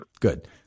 Good